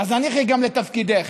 אז הניחי גם לתפקידך.